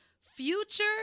future